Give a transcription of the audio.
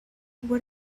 what